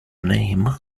name